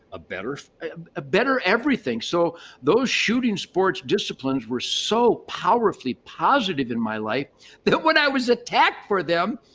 a better ah better everything. so those shooting sports disciplines were so powerfully positive in my life. then when i was attacked for them,